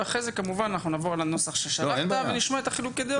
ואחרי זה כמובן אנחנו נעבור על הנוסח ששלחת ונשמע את חילוקי הדעת.